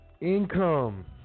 Income